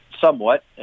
somewhat